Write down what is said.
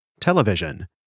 television